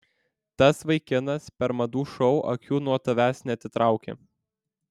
tas vaikinas per madų šou akių nuo tavęs neatitraukė